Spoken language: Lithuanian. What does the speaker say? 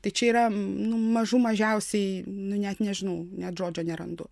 tai čia yra nu mažų mažiausiai nu net nežinau net žodžio nerandu